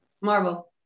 Marvel